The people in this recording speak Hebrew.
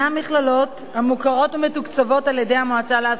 המוכרות ומתוקצבות על-ידי המועצה להשכלה גבוהה: